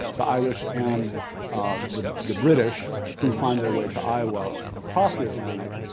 the irish, and the the british, who find their way to iowa across the atlantic.